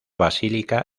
basílica